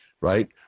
Right